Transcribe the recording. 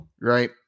right